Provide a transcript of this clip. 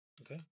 Okay